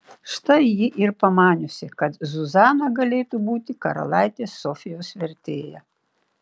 štai ji ir pamaniusi kad zuzana galėtų būti karalaitės sofijos vertėja